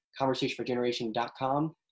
conversationforgeneration.com